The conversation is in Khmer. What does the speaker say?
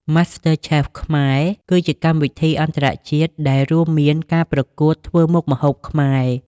Master Chef Khmer គឺជាកម្មវិធីអន្តរជាតិដែលរួមមានការប្រកួតធ្វើមុខម្ហូបខ្មែរ។